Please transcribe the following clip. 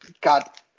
got